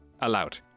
allowed